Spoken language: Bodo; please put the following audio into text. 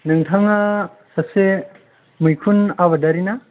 नोंथाङा सासे मैखुन आबादारि ना